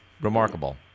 remarkable